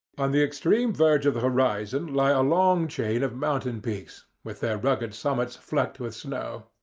on the extreme verge of the horizon lie a long chain of mountain peaks, with their rugged summits flecked with snow.